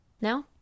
No